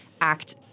act